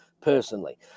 personally